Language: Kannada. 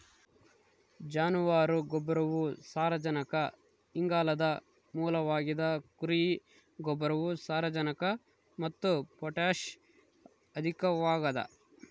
ಜಾನುವಾರು ಗೊಬ್ಬರವು ಸಾರಜನಕ ಇಂಗಾಲದ ಮೂಲವಾಗಿದ ಕುರಿ ಗೊಬ್ಬರವು ಸಾರಜನಕ ಮತ್ತು ಪೊಟ್ಯಾಷ್ ಅಧಿಕವಾಗದ